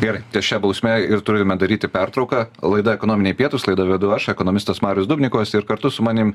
gerai ties šia bausme ir turime daryti pertrauką laida ekonominiai pietūs laidą vedu aš ekonomistas marius dubnikovas ir kartu su manim